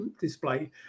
display